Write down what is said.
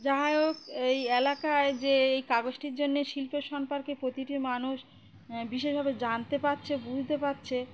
যাই হোক এই এলাকায় যে এই কাগজটির জন্যে শিল্প সম্পর্কে প্রতিটি মানুষ বিশেষভাবে জানতে পারছে বুঝতে পারছে